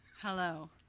hello